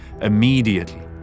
Immediately